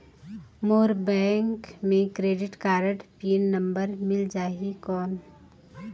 मोर bank मे credit card pin number मिल जाहि कौन?